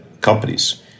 companies